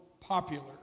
popular